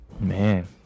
Man